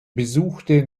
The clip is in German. besuchte